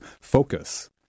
focus